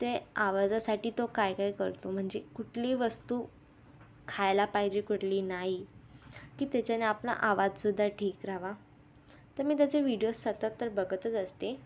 ते आवाजासाठी तो काय काय करतो म्हणजे कुठली वस्तू खायला पाहिजे कुठली नाही की त्याच्याने आपला आवाजसुद्धा ठीक राहावा तर मी त्याचे व्हिडीओज सतत तर बघतच असते